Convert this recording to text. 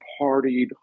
partied